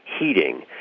heating